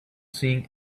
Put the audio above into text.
seeing